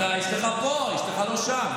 אשתך פה, אשתך לא שם.